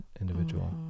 individual